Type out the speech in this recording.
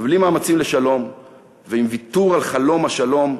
בלי מאמצים לשלום ובוויתור על חלום השלום,